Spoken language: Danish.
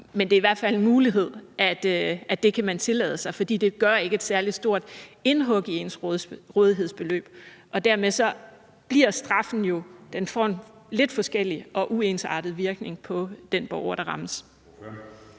kan se det som en mulighed, at det kan man tillade sig, fordi det ikke gør et særlig stort indhug i ens rådighedsbeløb? Og dermed får straffen jo en lidt forskellig og uensartet virkning på de borgere, der rammes.